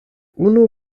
unu